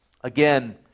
again